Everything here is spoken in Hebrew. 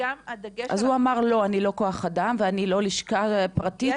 וגם הדגש --- אז הוא אמר שהוא לא כוח אדם והוא לא לשכה פרטית,